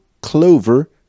Clover